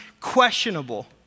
questionable